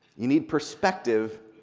you need perspective,